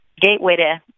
gateway